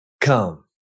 come